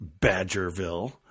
Badgerville